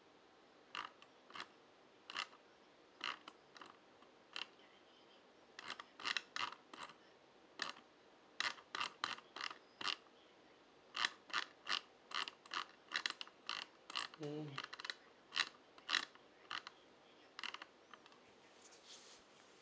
mm